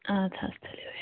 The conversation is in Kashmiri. اَدٕ حظ تُلِو بِہِو